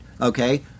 Okay